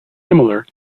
similar